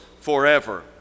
forever